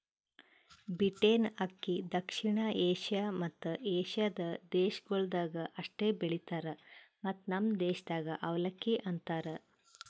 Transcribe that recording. beaten ಅಕ್ಕಿ ದಕ್ಷಿಣ Asia ಮತ್ತ ಏಷ್ಯಾದ ದೇಶಗೊಳ್ದಾಗ್ ಅಷ್ಟೆ ಬೆಳಿತಾರ್ ಮತ್ತ ನಮ್ ದೇಶದಾಗ್ ಅವಲಕ್ಕಿ ಅಂತರ್